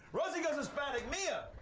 rosie goes hispanic. mia?